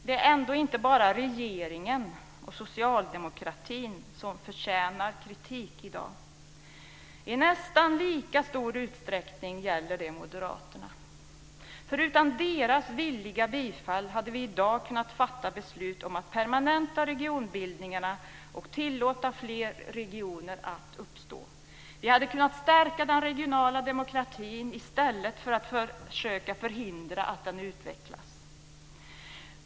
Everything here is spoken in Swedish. Det är ändå inte bara regeringen och socialdemokratin som förtjänar kritik i dag. I nästan lika stor utsträckning gäller det moderaterna. Utan deras villiga bifall hade vi i dag kunnat fatta beslut om att permanenta regionbildningarna och tillåta fler regioner att uppstå. Vi hade kunnat stärka den regionala demokratin i stället för att försöka förhindra att den utvecklas.